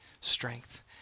strength